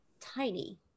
tiny